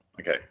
Okay